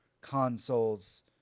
consoles